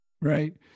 Right